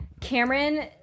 Cameron